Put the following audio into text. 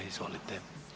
Izvolite.